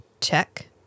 Check